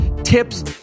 tips